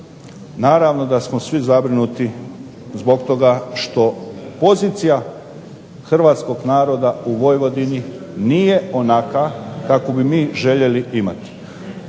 naravno da smo svi zabrinuti zbog toga što pozicija hrvatskog naroda u Vojvodini nije onakva kakvu bi mi željeli imati.